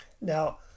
Now